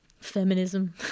feminism